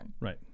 Right